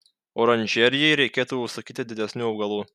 oranžerijai reikėtų užsakyti didesnių augalų